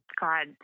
god